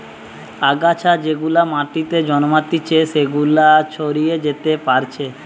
আগাছা যেগুলা মাটিতে জন্মাতিচে সেগুলা ছড়িয়ে যেতে পারছে